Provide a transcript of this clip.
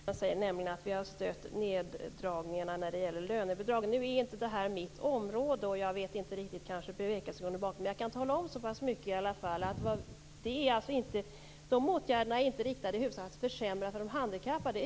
Fru talman! Jag vill gärna kommentera det Ingrid Burman sade, nämligen att vi har stött neddragningar i fråga om lönebidragen. Nu är detta inte mitt område, och jag vet inte bevekelsegrunden som ligger bakom. Men jag kan tala om så pass mycket att de åtgärderna är inte riktade i huvudsak för att försämra för de handikappade.